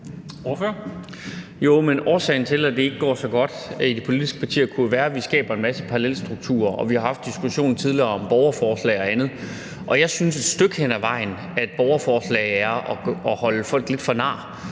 årsagen til, at det ikke går så godt i de politiske partier, kunne jo være, at vi skaber en masse parallelstrukturer. Vi har haft diskussionen tidligere om borgerforslag og andet. Og jeg synes et stykke hen ad vejen, at borgerforslag er at holde folk lidt for nar.